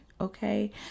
okay